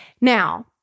Now